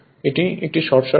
এটি একটি short circuit